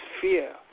fear